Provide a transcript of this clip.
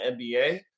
NBA